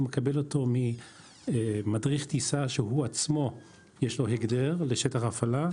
הוא מקבל אותו ממדריך טיסה שהוא עצמו יש לו הגדר לשטח הפעלה,